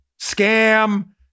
scam